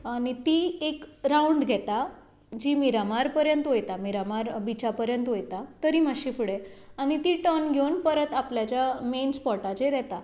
आनी ती एक रावंड घेता जी मिरामार पर्यंत वोयता मिरामार बिचा पर्यंत वोयता तरी मात्शी फुडें आनी ती टर्न घेवन परत आपल्याच्या मेन स्पोटार येता